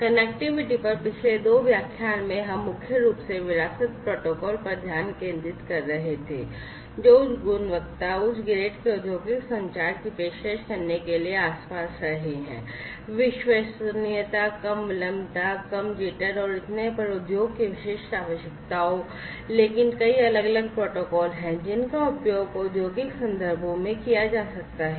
connectivity पर पिछले 2 व्याख्यान में हम मुख्य रूप से विरासत प्रोटोकॉल पर ध्यान केंद्रित कर रहे थे जो उच्च गुणवत्ता उच्च ग्रेड के औद्योगिक संचार की पेशकश करने के लिए आस पास रहे हैं विश्वसनीयता कम विलंबता कम jitter और इतने पर उद्योग की विशिष्ट आवश्यकताओं लेकिन कई अलग अलग प्रोटोकॉल हैं जिनका उपयोग औद्योगिक संदर्भों में किया जा सकता है